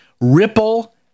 Ripple